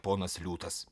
ponas liūtas